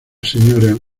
sra